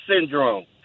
Syndrome